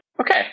Okay